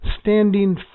standing